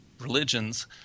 religions